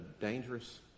dangerous